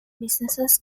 businesses